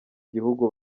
gihugu